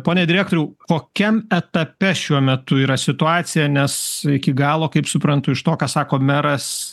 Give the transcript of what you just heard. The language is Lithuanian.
pone direktoriau kokiam etape šiuo metu yra situacija nes iki galo kaip suprantu iš to ką sako meras